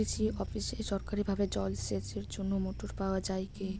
কৃষি অফিসে সরকারিভাবে জল সেচের জন্য মোটর পাওয়া যায় কি?